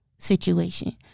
situation